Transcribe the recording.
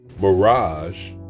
mirage